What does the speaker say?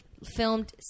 filmed